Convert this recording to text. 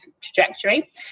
trajectory